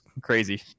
crazy